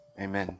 Amen